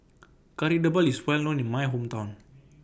Kari Debal IS Well known in My Hometown